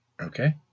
Okay